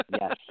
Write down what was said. yes